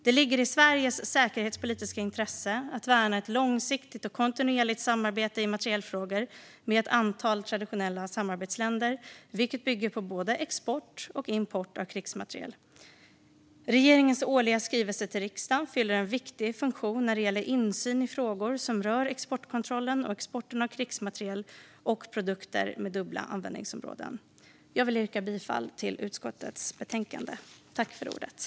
Det ligger i Sveriges säkerhetspolitiska intresse att värna ett långsiktigt och kontinuerligt samarbete i materielfrågor med ett antal traditionella samarbetsländer, vilket bygger på både export och import av krigsmateriel. Regeringens årliga skrivelse till riksdagen fyller en viktig funktion när det gäller insyn i frågor som rör exportkontrollen och exporten av krigsmateriel och produkter med dubbla användningsområden. Jag yrkar bifall till utskottets förslag.